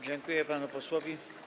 Dziękuję panu posłowi.